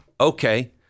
okay